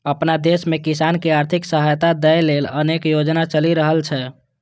अपना देश मे किसान कें आर्थिक सहायता दै लेल अनेक योजना चलि रहल छै